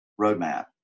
roadmap